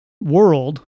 world